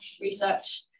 research